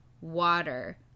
water